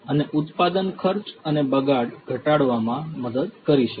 અને ઉત્પાદન ખર્ચ અને બગાડ ઘટાડવામાં મદદ કરી શકે છે